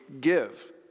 give